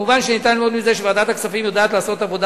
מובן שאפשר ללמוד מזה שוועדת הכספים יודעת לעשות עבודה